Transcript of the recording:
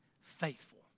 faithful